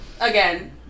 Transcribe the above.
again